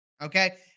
Okay